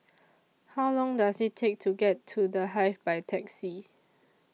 How Long Does IT Take to get to The Hive By Taxi